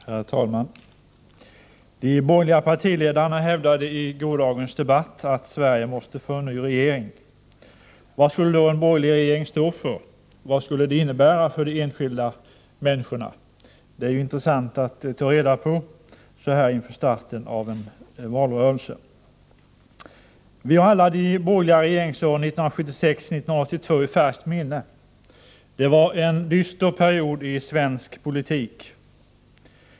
Herr talman! De borgerliga partiledarna hävdade i gårdagens debatt att Sverige måste få en ny regering. Vad skulle då en borgerlig regering stå för — vad skulle en sådan innebära för de enskilda människorna? Det är intressant att ta reda på den saken så här inför starten av en valrörelse. Vi har alla de borgerliga regeringsåren 1976-1982 i färskt minne. Det var en dyster period i svensk politik.